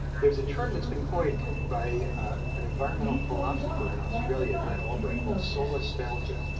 there's a term that's been coined by an environmental philosopher in australia, glenn albrecht, called solastalgia.